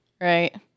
right